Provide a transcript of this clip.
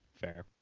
fair